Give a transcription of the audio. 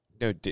no